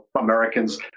Americans